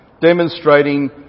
demonstrating